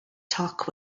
talk